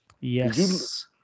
Yes